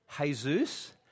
Jesus